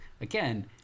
again